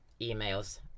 emails